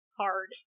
hard